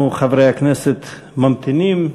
אנחנו, חברי הכנסת, ממתינים.